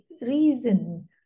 reason